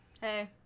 Hey